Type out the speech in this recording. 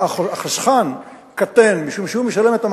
חבר הכנסת שטרית, זו לא ישיבת ועדה.